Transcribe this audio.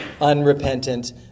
unrepentant